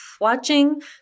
watching